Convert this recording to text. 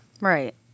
Right